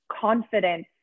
confidence